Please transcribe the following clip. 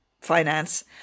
finance